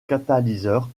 catalyseur